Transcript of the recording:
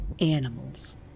animals